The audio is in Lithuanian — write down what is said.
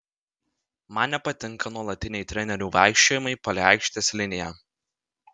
man nepatinka nuolatiniai trenerių vaikščiojimai palei aikštės liniją